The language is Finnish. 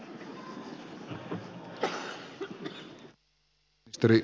onhan näin